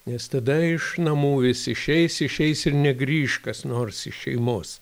nes tada iš namų vis išeis išeis ir negrįš kas nors iš šeimos